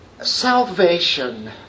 Salvation